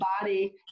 body